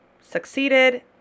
succeeded